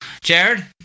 Jared